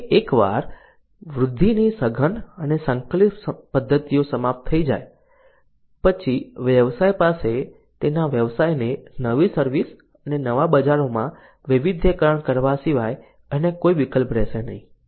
જો કે એકવાર વૃદ્ધિની સઘન અને સંકલિત પદ્ધતિઓ સમાપ્ત થઈ જાય પછી વ્યવસાય પાસે તેના વ્યવસાયને નવી સર્વિસ અને નવા બજારોમાં વૈવિધ્યીકરણ કરવા સિવાય અન્ય કોઈ વિકલ્પ રહેશે નહીં